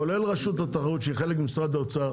כולל רשות התחרות שהיא חלק ממשרד האוצר,